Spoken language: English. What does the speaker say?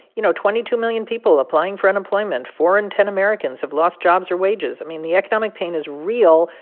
you know, twenty two million people applying for unemployment, four in ten americans have lost jobs or wages. i mean, the economic pain is real.